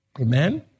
Amen